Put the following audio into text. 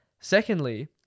secondly